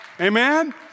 Amen